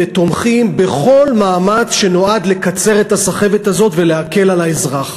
ותומכים בכל מאמץ שנועד לקצר את הסחבת הזאת ולהקל על האזרח.